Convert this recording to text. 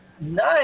Nice